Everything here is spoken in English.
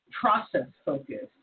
process-focused